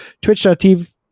twitch.tv